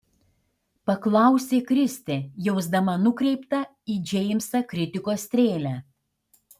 paklausė kristė jausdama nukreiptą į džeimsą kritikos strėlę